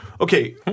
okay